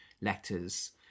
letters